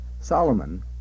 Solomon